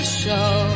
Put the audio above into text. show